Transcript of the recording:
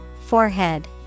Forehead